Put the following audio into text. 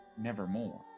nevermore